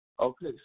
Okay